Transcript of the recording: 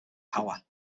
power